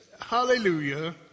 hallelujah